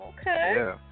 Okay